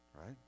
Right